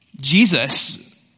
Jesus